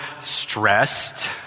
stressed